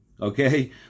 Okay